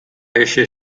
eixe